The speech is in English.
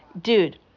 dude